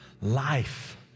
life